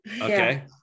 Okay